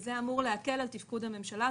זה אמור להקל על תפקוד הממשלה.